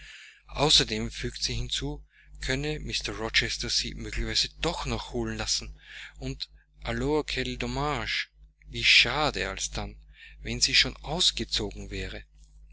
außerdem fügte sie hinzu könne mr rochester sie möglicherweise doch noch holen lassen und alors quel dommage wie schade alsdann wenn sie schon ausgezogen wäre